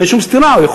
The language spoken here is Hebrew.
אין שום סתירה.